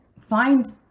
find